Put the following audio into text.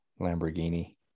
Lamborghini